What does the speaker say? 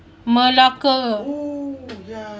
malacca